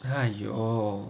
!aiyo!